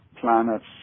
planets